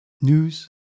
news